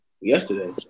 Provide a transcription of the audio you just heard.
yesterday